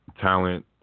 talent